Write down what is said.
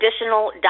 additional